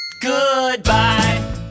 Goodbye